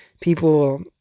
people